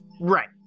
Right